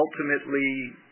ultimately